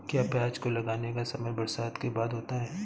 क्या प्याज को लगाने का समय बरसात के बाद होता है?